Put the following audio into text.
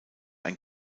ein